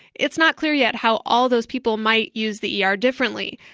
it's not clear yet how all those people might use the er differently,